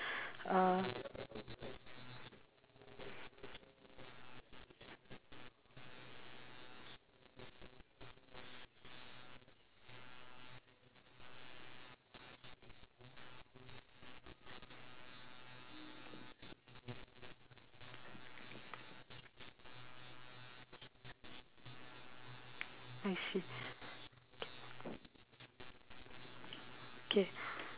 I see K